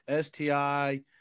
STI